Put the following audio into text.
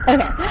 Okay